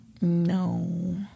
No